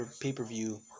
pay-per-view